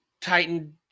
Titan